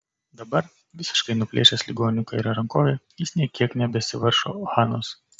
dabar visiškai nuplėšęs ligoniui kairę rankovę jis nė kiek nebesivaržo hanos